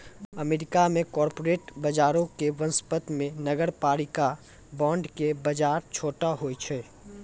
America मे corporate बजारो के वनिस्पत मे नगरपालिका बांड के बजार छोटो होय छै